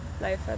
life